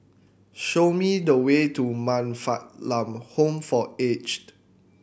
show me the way to Man Fatt Lam Home for Aged